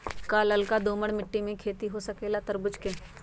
का लालका दोमर मिट्टी में खेती हो सकेला तरबूज के?